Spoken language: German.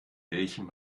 welchem